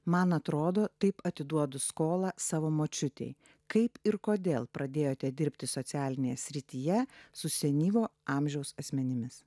man atrodo taip atiduodu skolą savo močiutei kaip ir kodėl pradėjote dirbti socialinėje srityje su senyvo amžiaus asmenimis